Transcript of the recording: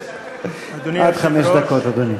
עד חמש דקות, אדוני.